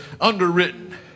underwritten